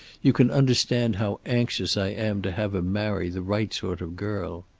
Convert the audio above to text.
you can understand how anxious i am to have him marry the right sort of girl.